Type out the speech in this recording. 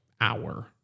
hour